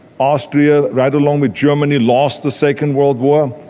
austria right along with germany, lost the second world war,